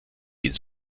ihnen